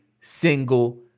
single